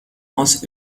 aus